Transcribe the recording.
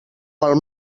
pel